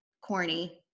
corny